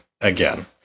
Again